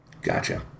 Gotcha